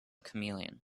chameleon